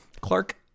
Clark